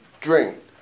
drink